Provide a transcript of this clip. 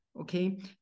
okay